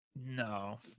No